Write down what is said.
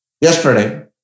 yesterday